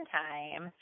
time